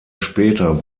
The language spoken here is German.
später